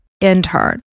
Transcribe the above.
intern